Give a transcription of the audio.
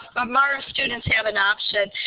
ah mara students have an option.